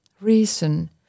reason